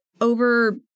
over